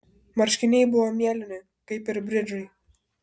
marškiniai buvo mėlyni kaip ir bridžai